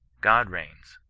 god reigns,